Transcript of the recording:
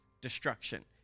destruction